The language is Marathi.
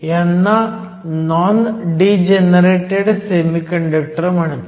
ह्यांना नॉन डी जनरेटेड सेमीकंडक्टर म्हणतात